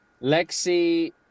Lexi